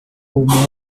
uma